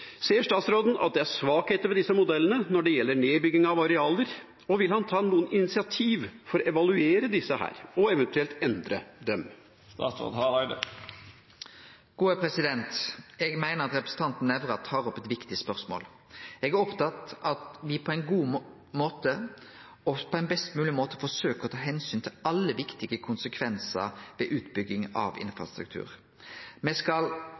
Ser statsråden at det er svakheter ved disse modellene når det gjelder nedbygging av arealer, og vil han ta noen initiativ for å evaluere disse og eventuelt endre dem?» Eg meiner at representanten Nævra tar opp eit viktig spørsmål. Eg er opptatt av at me på best mogleg måte forsøkjer å ta omsyn til alle viktige konsekvensar ved utbygging av infrastruktur. Me skal